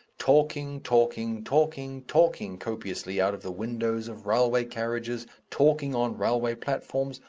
talking, talking, talking, talking copiously out of the windows of railway carriages, talking on railway platforms,